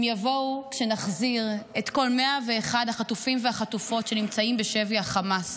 הם יבואו כשנחזיר את כל 101 החטופים והחטופות שנמצאים בשבי חמאס,